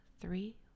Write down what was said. three